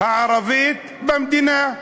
הערבית במדינה.